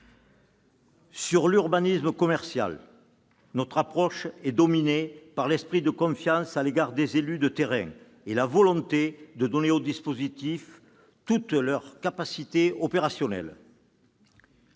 l'urbanisme commercial, notre approche est dominée par l'esprit de confiance à l'égard des élus de terrain et la volonté de donner aux dispositifs toute leur capacité opérationnelle.